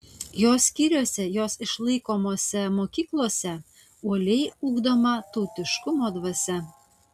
jos skyriuose jos išlaikomose mokyklose uoliai ugdoma tautiškumo dvasia